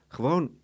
Gewoon